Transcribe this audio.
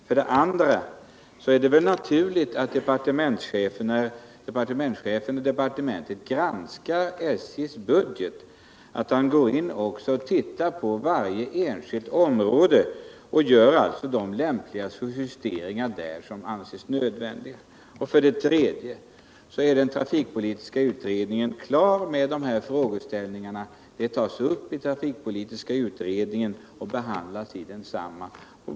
För det andra är det väl naturligt att departementschefen och departe mentet när man granskar SJ:s budget också går in och tittar på varje enskilt område och där gör de justeringar som anses nödvändiga. För det tredje är trafikpolitiska utredningen klar med dessa frågor. De behandlas i trafikpolitiska utredningens betänkande.